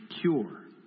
cure